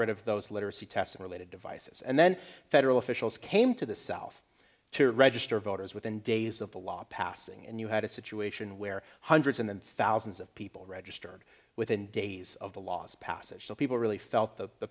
rid of those literacy tests in related devices and then federal officials came to the south to register voters within days of the law passing and you had a situation where hundreds and thousands of people registered within days of the last passage so people really felt the